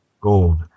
Gold